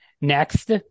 Next